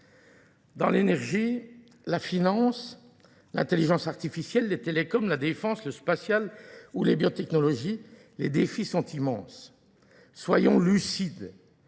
Dans l'énergie, la finance, l'intelligence artificielle, les télécoms, la défense, le spatial ou les biotechnologies, les défis sont immenses. Soyons lucides.